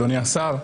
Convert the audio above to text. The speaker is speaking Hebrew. אדוני השר,